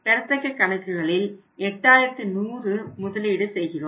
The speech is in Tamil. பெறத்தக்க கணக்குகளில் 8100 முதலீடு செய்கிறோம்